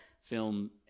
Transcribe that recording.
film